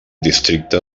districte